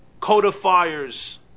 codifiers